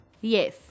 Yes